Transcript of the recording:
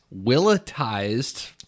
Willitized